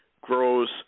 grows